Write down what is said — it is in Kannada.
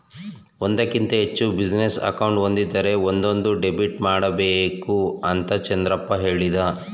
ಒಂದಕ್ಕಿಂತ ಹೆಚ್ಚು ಬಿಸಿನೆಸ್ ಅಕೌಂಟ್ ಒಂದಿದ್ದರೆ ಒಂದೊಂದು ಡೆಬಿಟ್ ಮಾಡಬೇಕು ಅಂತ ಚಂದ್ರಪ್ಪ ಹೇಳಿದ